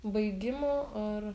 baigimo ar